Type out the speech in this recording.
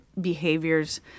behaviors